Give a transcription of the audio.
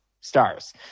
stars